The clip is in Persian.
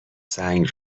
سنگ